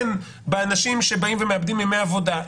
הן באנשים שבאים ומאבדים ימי עבודה,